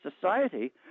Society